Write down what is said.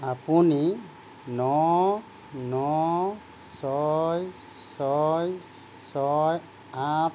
আপুনি ন ন ছয় ছয় আঠ